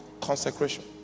consecration